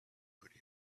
could